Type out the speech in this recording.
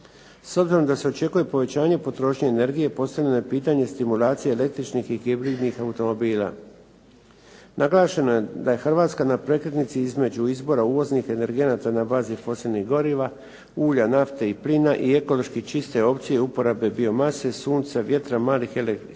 S obzirom da se očekuje povećanje potrošnje energije postavljeno je pitanje stimulacije električnih i .../Govornik se ne razumije./... automobila. Naglašeno je da je Hrvatska na prekretnici između izbora uvoznih energenata na bazi fosilnih goriva, ulja, nafte i plina i ekološki čiste opcije uporabe biomase sunca, vjetra, malih hidroelektrana